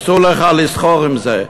אסור לך לסחור בזה.